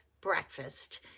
breakfast